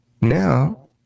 Now